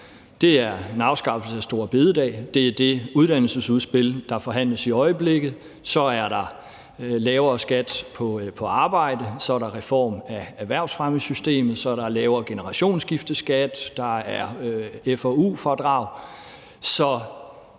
Det er en afskaffelse af store bededag, det er det uddannelsesudspil, der forhandles i øjeblikket, og så er det en lavere skat på arbejde, en reform af erhvervsfremmesystemet, en lavere generationsskifteskat, og der er et forsknings-